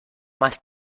más